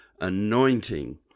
anointing